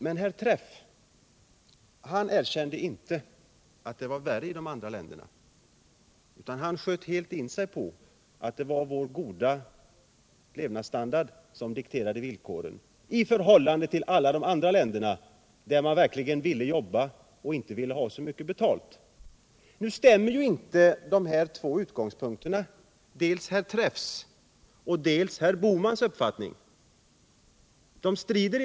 Herr Träff erkände inte att det är värre i de andra länderna, utan han sköt helt in sig på att det är vår goda levnadsstandard som dikterar villkoren i motsats till vad som gäller i alla de andra länderna, där man verkligen vill arbeta och inte kräver så hög betalning. Nu strider ju herr Träffs och herr Bohmans uppfattningar mot varandra.